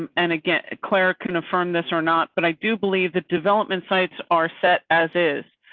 and again, claire confirm this or not. but i do believe that development sites are set as is,